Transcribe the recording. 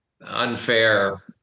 unfair